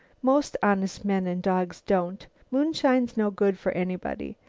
most honest men and dogs don't. moonshine's no good for anybody.